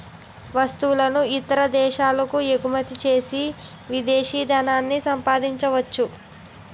వస్తువులను ఇతర దేశాలకు ఎగుమచ్చేసి విదేశీ ధనాన్ని సంపాదించొచ్చు